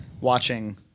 watching